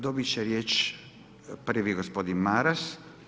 Dobit će riječ prvi gospodin Maras.